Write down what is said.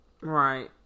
right